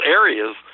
areas